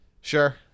sure